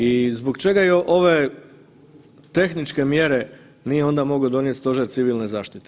I zbog čega i ove tehničke mjere nije onda mogao donijeti Stožer civilne zaštite?